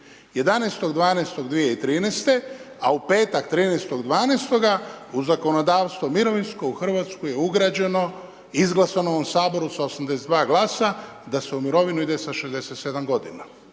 11.12.2013. a u petak 13.12. u zakonodavstvo, mirovinskog, u Hrvatsku je ugrađeno, izglasano u ovom saboru sa 82 glasa, da se u mirovinu ide sa 67 g.